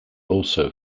also